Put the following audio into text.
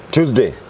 Tuesday